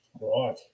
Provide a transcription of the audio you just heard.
Right